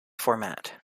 format